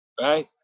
Right